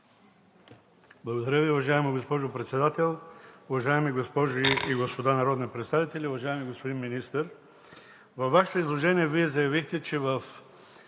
Благодаря Ви, уважаема госпожо Председател. Уважаеми госпожи и господа народни представители! Уважаеми господин Министър, във Вашето изложение Вие заявихте, че в